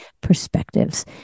perspectives